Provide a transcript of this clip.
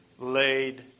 Laid